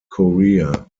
korea